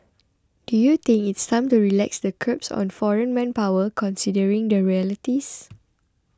do you think it's time to relax the curbs on foreign manpower considering the realities